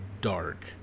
dark